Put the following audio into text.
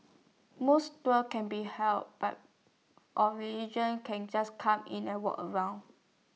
mosque tours can be held by or religion can just come in and walk around